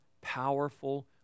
powerful